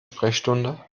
sprechstunde